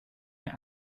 mir